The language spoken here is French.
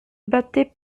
battait